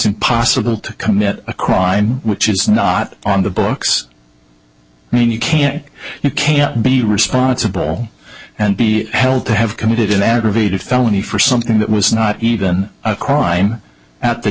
impossible to commit a crime which is not on the books and you can't you can't be responsible and be held to have committed an aggravated felony for something that was not even a crime at the